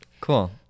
Cool